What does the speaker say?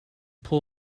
pull